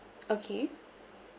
okay